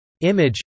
Image